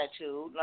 attitude